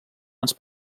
ens